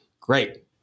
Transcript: great